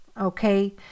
okay